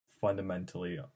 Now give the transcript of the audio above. fundamentally